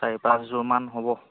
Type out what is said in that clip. চাৰি পাঁচযোৰমান হ'ব